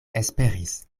esperis